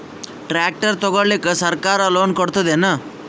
Tractor ತಗೊಳಿಕ ಸರ್ಕಾರ loan ಕೊಡತದೇನು?